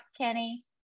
Kenny